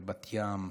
בבת ים,